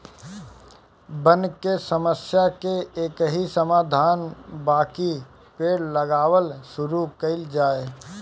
वन के समस्या के एकही समाधान बाकि पेड़ लगावल शुरू कइल जाए